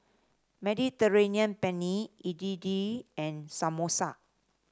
Mediterranean Penne Idili and Samosa